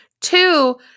two